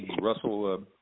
Russell